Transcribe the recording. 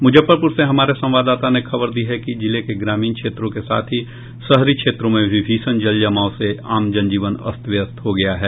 मुजफ्फरपुर से हमारे संवाददाता ने खबर दी है कि जिले के ग्रामीण क्षेत्रों के साथ ही शहरी क्षेत्रों में भी भीषण जलजमाव से आम जनजीवन अस्त व्यस्त हो गया है